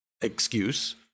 excuse